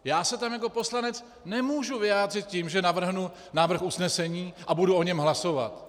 Já se tam jako poslanec nemůžu vyjádřit tím, že navrhnu návrh usnesení a budu o něm hlasovat.